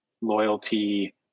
loyalty